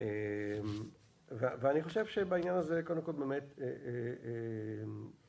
ואני חושב שבעניין הזה קודם כל באמת